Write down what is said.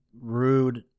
rude